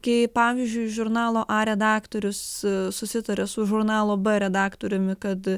kai pavyzdžiui žurnalo a redaktorius susitaria su žurnalo b redaktoriumi kad